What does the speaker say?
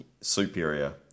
superior